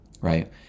right